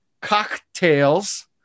Cocktails